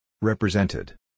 Represented